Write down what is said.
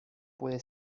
puede